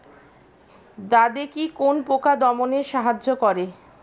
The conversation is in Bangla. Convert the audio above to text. দাদেকি কোন পোকা দমনে সাহায্য করে?